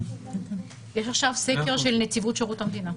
יש עכשיו סקר של נציבות שירות המדינה,